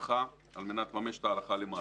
הרווחה על מנת לממש אותה הלכה למעשה.